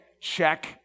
check